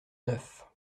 neuf